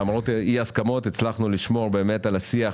למרות אי ההסכמות הצלחנו לשמור באמת על השיח